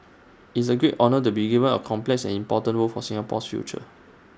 it's A great honour to be given A complex and important role for Singapore's future